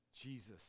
Jesus